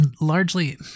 largely